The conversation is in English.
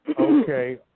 Okay